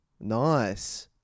Nice